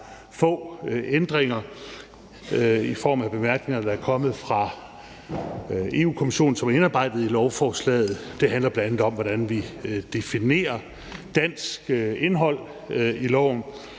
et par få ændringer i form af bemærkninger, der er kommet fra Europa-Kommissionen, som er indarbejdet i lovforslaget. Det handler bl.a. om, hvordan vi definerer »dansk indhold« i loven,